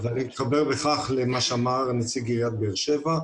ואני מתחבר בכך למה שאמר נציג עיריית באר שבע.